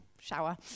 shower